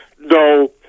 No